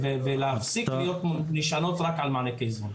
ושיפסיקו להישען רק על מענקי איזון.